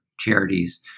charities